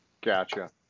Gotcha